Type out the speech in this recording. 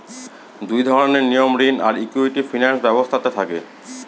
দুই ধরনের নিয়ম ঋণ আর ইকুইটি ফিনান্স ব্যবস্থাতে থাকে